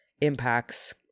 impacts